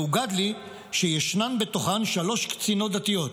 והוגד לי שישנן בתוכן שלוש קצינות דתיות,